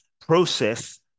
process